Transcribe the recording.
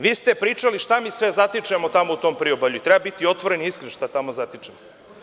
Vi ste pričali šta mi sve zatičemo tamo u tom priobalju i treba biti otvoren i iskren šta tamo zatičemo.